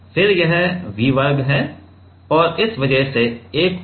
तो और फिर यह V वर्ग है और इस वजह से एक और d